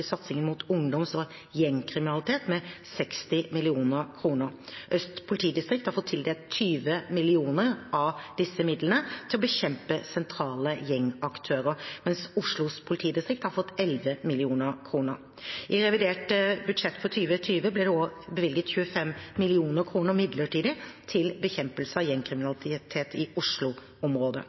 satsingen mot ungdoms- og gjengkriminalitet med 60 mill. kr. Øst politidistrikt har fått tildelt 20 mill. kr av disse midlene til å bekjempe sentrale gjengaktører, mens Oslo politidistrikt har fått 11 mill. kr. I revidert budsjett for 2020 ble det også bevilget 25 mill. kr midlertidig til bekjempelse av gjengkriminalitet i